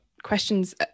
questions